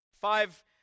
five